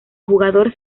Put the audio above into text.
jugador